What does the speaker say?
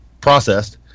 processed